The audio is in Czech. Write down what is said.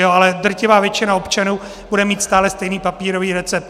Ale drtivá většina občanů bude mít stále stejný papírový recept.